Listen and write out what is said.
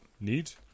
neat